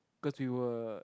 cause we were